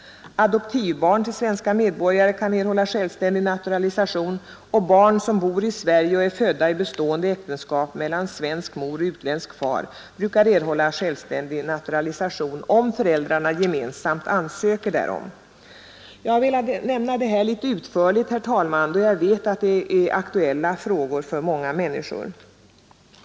Adoptiv Torsdagen den barn till svenska medborgare kan erhålla självständig naturalisation, och 26 april 1973 barn som bor i Sverige och är födda i bestående äktenskap mellan svensk 5 mor och utländsk far brukar erhålla självständig naturalisation, om Granskning av statsföräldrarna gemensamt ansöker därom. rådens ämbetsutöv Jag har velat nämna detta litet utförligt, herr talman, då jag vet att det ning m.m. är aktuella frågor för många människor.